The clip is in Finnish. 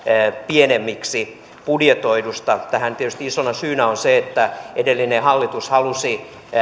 pienemmiksi budjetoidusta tähän tietysti isona syynä on se että edellinen hallitus halusi